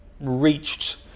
reached